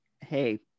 Hey